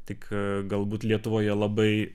tik galbūt lietuvoje labai